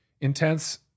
intense